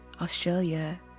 Australia